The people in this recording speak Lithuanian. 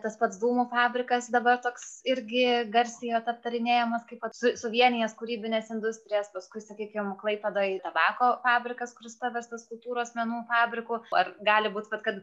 tas pats dūmų fabrikas dabar toks irgi garsiai aptarinėjamas kaip toks suvienijęs kūrybines industrijas paskui sakykim klaipėdoj tabako fabrikas kuris paverstas kultūros menų fabriku ar gali būt vat kad